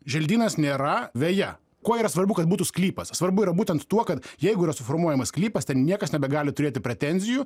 želdynas nėra veja kuo yra svarbu kad būtų sklypas svarbu yra būtent tuo kad jeigu yra suformuojamas sklypas ten niekas nebegali turėti pretenzijų